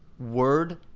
word,